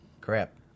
crap